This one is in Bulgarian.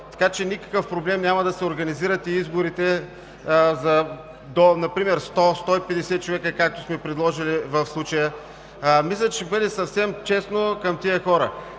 така че никакъв проблем няма да се организират и изборите за например до 100 – 150 човека, както сме предложили в случая. Мисля, че ще бъде съвсем честно към тези хора.